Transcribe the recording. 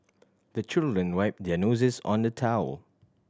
the children wipe their noses on the towel